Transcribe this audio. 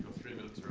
three bits